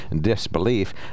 disbelief